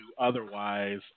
otherwise